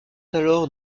alors